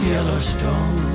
Yellowstone